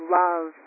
love